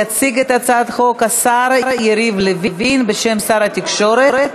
יציג את הצעת החוק השר יריב לוין, בשם שר התקשורת.